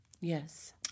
Yes